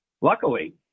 luckily